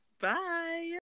bye